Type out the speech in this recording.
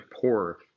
poor